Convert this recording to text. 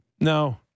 No